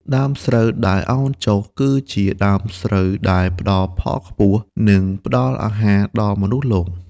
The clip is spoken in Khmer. ដើមស្រូវដែលឱនចុះ គឺជាដើមស្រូវដែលផ្ដល់ផលខ្ពស់ និងផ្ដល់អាហារដល់មនុស្សលោក។